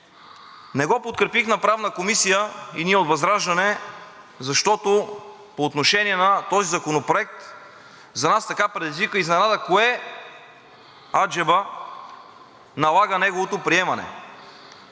Не го подкрепихме на Правната комисия и ние от ВЪЗРАЖДАНЕ, защото по отношение на този законопроект за нас предизвиква изненада кое аджеба налага неговото приемане?